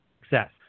Success